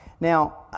Now